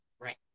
Right